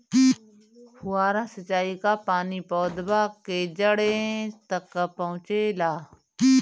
फुहारा सिंचाई का पानी पौधवा के जड़े तक पहुचे ला?